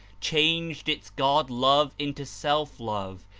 changed its god-love into self love,